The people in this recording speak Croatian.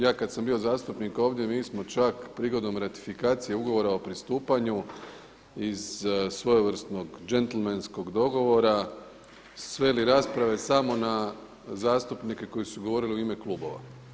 Ja kada sam bio zastupnik ovdje mi smo čak prigodom ratifikacije Ugovora o pristupanju iz svojevrsnog đentlmenskog dogovora sveli rasprave samo na zastupnike koji su govorili u ime klubova.